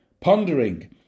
pondering